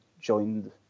joined